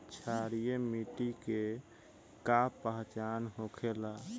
क्षारीय मिट्टी के का पहचान होखेला?